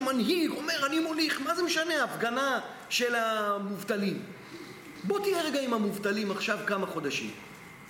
המנהיג אומר, אני מוליך, מה זה משנה, הפגנה של המובטלים. בוא תראה רגע עם המובטלים עכשיו כמה חודשים.